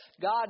God